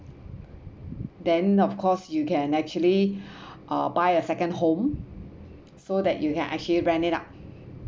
then of course you can actually uh buy a second home so that you can actually rent it up